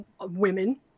women